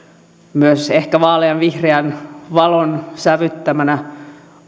olisi ehkä vaaleanvihreän valon sävyttämänä